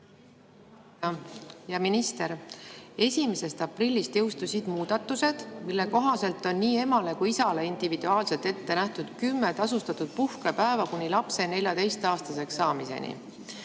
Hea minister! 1. aprillist jõustusid muudatused, mille kohaselt on nii emale kui ka isale individuaalselt ette nähtud kümme tasustatud puhkepäeva lapse 14-aastaseks saamiseni.